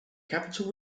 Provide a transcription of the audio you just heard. capitol